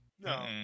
No